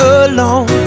alone